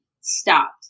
stopped